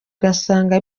ugasanga